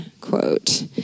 quote